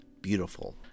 beautiful